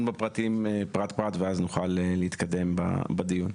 בפרטים פרט-פרט ואז נוכל להתקדם בדיון.